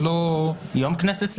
יום כנסת צעירה.